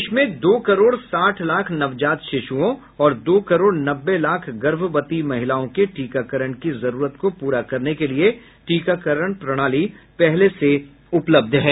देश में दो करोड साठ लाख नवजात शिशुओं और दो करोड़ नब्बे लाख गर्भवती महिलाओं के टीकाकरण की जरूरत को पूरा करने के लिए टीकारण प्रणाली पहले से उपलब्ध हैं